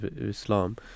Islam